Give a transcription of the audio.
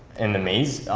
in the maze,